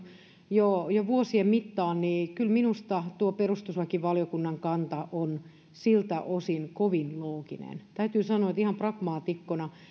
jo vuosien mittaan niin kyllä minusta tuo perustuslakivaliokunnan kanta on siltä osin kovin looginen täytyy sanoa ihan pragmaatikkona